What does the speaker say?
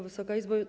Wysoka Izbo!